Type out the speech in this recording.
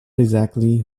exactly